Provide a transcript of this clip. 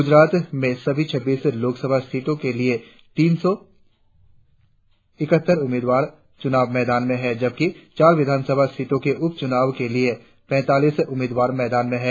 गुजरात में सभी छब्बीस लोकसभा सीटों के लिए तीन सौ इकहत्तर उम्मीदवार चूनाव मैदान में हैं जबकि चार विधानसभा सीटों के उपचूनाव के लिए पैतालीस उम्मीदवार मैदान में है